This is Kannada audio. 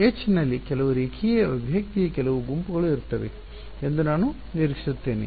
H ನಲ್ಲಿ ಕೆಲವು ರೇಖೀಯ ಅಭಿವ್ಯಕ್ತಿಯ ಕೆಲವು ಗುಂಪುಗಳು ಇರುತ್ತವೆ ಎಂದು ನಾನು ನಿರೀಕ್ಷಿಸುತ್ತೇನೆ